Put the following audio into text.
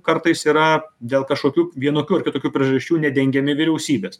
kartais yra dėl kažkokių vienokių ar kitokių priežasčių nedengiami vyriausybės